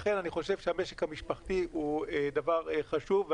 לכן אני חושב שהמשק המשפחתי הוא דבר חשוב,